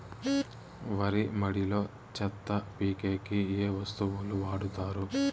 వరి మడిలో చెత్త పీకేకి ఏ వస్తువులు వాడుతారు?